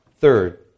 Third